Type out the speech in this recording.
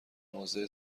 موضع